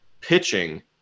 pitching